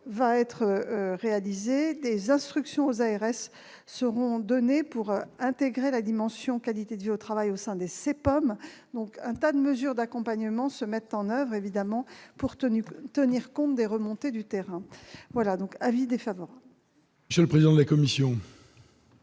va être réalisé. Des instructions aux ARS seront données pour intégrer la dimension de la qualité de vie au travail au sein des CPOM. Tout un tas de mesures d'accompagnement se mettent en oeuvre, pour tenir compte des remontées du terrain. En conséquence, l'avis est défavorable.